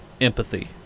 empathy